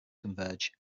converge